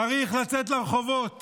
צריך לצאת לרחובות